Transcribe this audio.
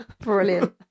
Brilliant